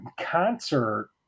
concert